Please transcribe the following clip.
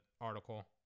article